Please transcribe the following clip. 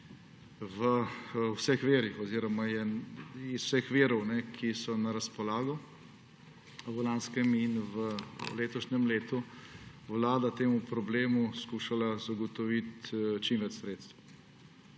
Za naprej je iz vseh virov, ki so na razpolago, v lanskem in v letošnjem letu Vlada temu problemu skušala zagotoviti čim več sredstev.